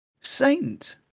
Saint